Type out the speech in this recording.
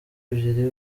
ebyiri